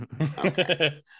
Okay